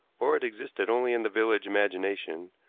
or it existed only in the village imagination,